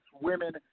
women